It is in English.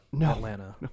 Atlanta